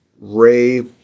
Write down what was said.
Ray